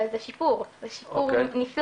זה שיפור נפלא.